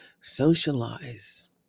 socialize